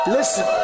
Listen